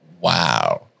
wow